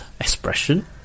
expression